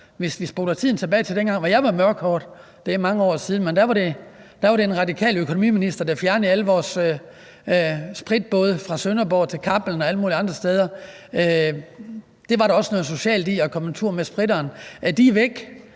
Vi kan spole tiden tilbage til dengang, hvor jeg var mørkhåret – det er mange år siden: Da var det en radikal økonomiminister, der fjernede alle vores spritbåde fra Sønderborg til Kappeln og alle mulige andre steder. Der var også noget socialt i at komme på tur med spritteren; de er væk.